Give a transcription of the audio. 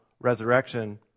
resurrection